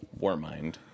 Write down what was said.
Warmind